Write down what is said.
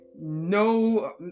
no